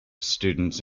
students